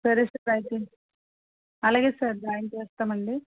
సరే sir bye sir అలాగే sir join చేస్తామండి